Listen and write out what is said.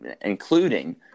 including